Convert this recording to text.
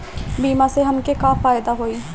बीमा से हमके का फायदा होई?